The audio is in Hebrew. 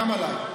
גם עליי.